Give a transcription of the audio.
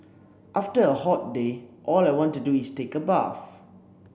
after a hot day all I want to do is take a bath